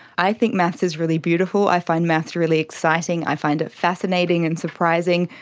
i think maths is really beautiful. i find maths really exciting, i find it fascinating and surprising.